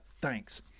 thanks